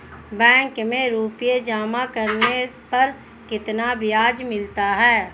Bank में रुपये जमा करने पर कितना ब्याज मिलता है?